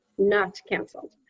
not canceled.